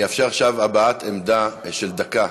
אני אאפשר עכשיו הבעת עמדה של דקה